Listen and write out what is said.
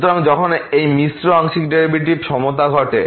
সুতরাং যখন এই মিশ্র আংশিক ডেরিভেটিভের সমতা ঘটে